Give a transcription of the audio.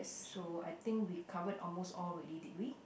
so I think we covered almost all already did we